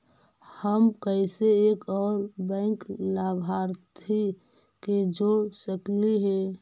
हम कैसे एक और बैंक लाभार्थी के जोड़ सकली हे?